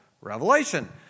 Revelation